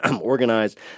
organized